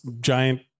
giant